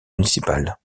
municipale